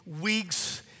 weeks